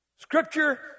Scripture